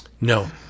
no